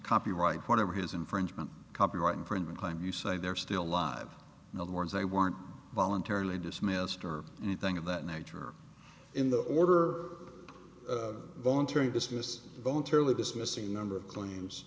copyright whatever his infringement copyright infringement claim you say they're still live in other words they weren't voluntarily dismissed or anything of that nature in the order voluntary dismissed voluntarily dismissing a number of